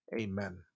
amen